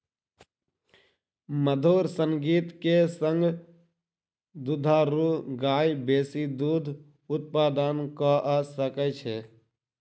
मधुर संगीत के संग दुधारू गाय बेसी दूध उत्पादन कअ सकै छै